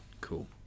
Cool